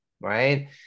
Right